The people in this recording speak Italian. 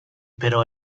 però